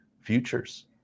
futures